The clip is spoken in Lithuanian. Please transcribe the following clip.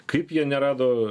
kaip jie nerado